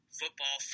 football